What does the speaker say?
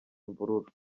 imvururu